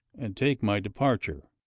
and take my departure.